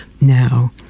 now